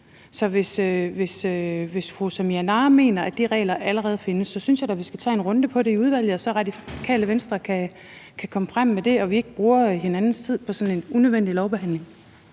Så hvis fru Samira Nawa mener, at de regler allerede findes, synes jeg da, at vi skal tage en runde om det i udvalget, så Radikale Venstre kan komme frem med det og vi ikke bruger hinandens tid på sådan en unødvendig lovbehandling.